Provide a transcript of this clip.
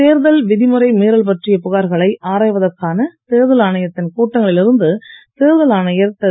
தேர்தல் விதிமுறை மீறல் பற்றிய புகார்களை ஆராய்வதற்தான தேர்தல் ஆணையத்தின் கூட்டங்களில் இருந்து தேர்தல் ஆணையர் திரு